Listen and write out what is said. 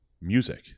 music